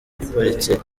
iparitse